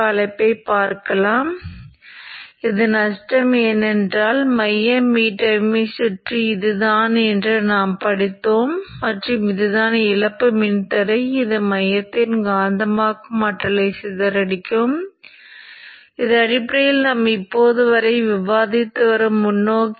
நாம் இப்போது பார்க்க வேண்டியது முதன்மை பக்க சுவிட்சின் அலைவடிவங்கள் இரண்டாம் பக்க மின்னோட்டங்கள் மற்றும் கோர் மாற்றி மாற்றியமைப்பதற்கான ஃப்ரீவீலிங் மின்னோட்டம்